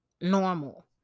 normal